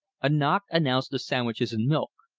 a knock announced the sandwiches and milk.